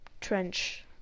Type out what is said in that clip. trench